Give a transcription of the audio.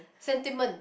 sentiment